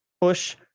push